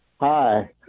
Hi